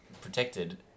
protected